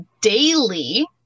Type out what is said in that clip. daily